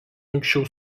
anksčiau